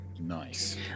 Nice